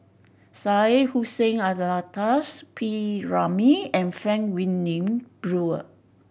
Syed Hussein Alatas P Ramlee and Frank Wilmin Brewer